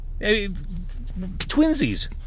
twinsies